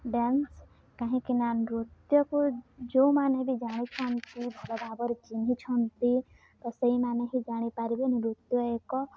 dance କାହିଁକି ନା ନୃତ୍ୟକୁ ଯୋଉମାନେ ବି ଜାଣିଛନ୍ତି ଭଲ ଭାବରେ ଚିହ୍ନିଛନ୍ତି ତ ସେଇମାନେ ହିଁ ଜାଣିପାରିବେ ନୃତ୍ୟ ଏକ